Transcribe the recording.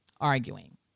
arguing